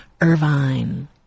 Irvine